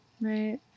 Right